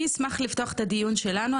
אני אפתח את הדיון שלנו,